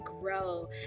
grow